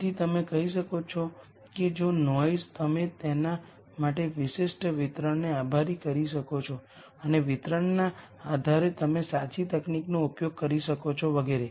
તેથી તમે કહી શકો છો કે જો નોઈઝ તમે તેના માટે કોઈ વિશિષ્ટ વિતરણને આભારી કરી શકો છો અને વિતરણના આધારે તમે સાચી તકનીકનો ઉપયોગ કરી શકો છો વગેરે